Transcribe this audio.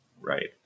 Right